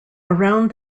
around